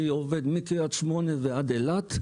אני עובד מקרית שמונה ועד אילת.